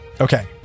Okay